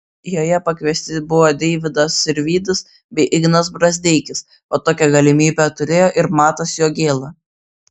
joje pakviesti buvo deividas sirvydis bei ignas brazdeikis o tokią galimybę turėjo ir matas jogėla